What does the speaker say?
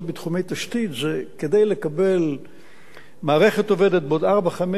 כדי לקבל מערכת עובדת בעוד ארבע-חמש-שמונה שנים,